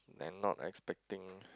then not expecting